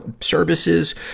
services